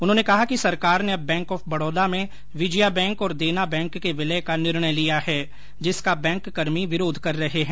उन्होंने कहा कि सरकार ने अब बैंक ऑफ बढौदा में विजया बैंक और देना बैंक के विलय का निर्णय लिया है जिसका बैंककर्मी विरोध कर रहे है